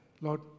Lord